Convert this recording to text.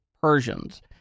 Persians